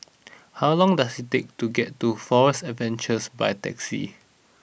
how long does it take to get to Forest Adventures by taxi